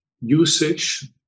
usage